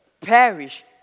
perish